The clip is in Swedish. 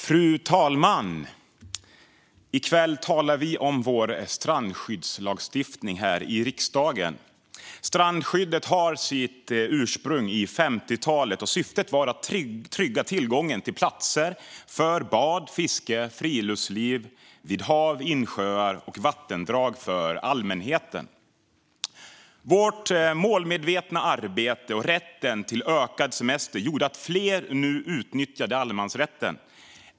Fru talman! I kväll talar vi om vår strandskyddslagstiftning här i riksdagen. Strandskyddet har sitt ursprung på 50-talet, och syftet var att trygga tillgången för allmänheten till platser för bad, fiske och friluftsliv vid hav, insjöar och vattendrag. Vårt målmedvetna arbete och rätten till ökad semester gjorde att fler nu utnyttjade allemansrätten.